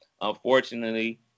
unfortunately